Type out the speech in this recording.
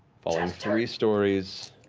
falling three stories.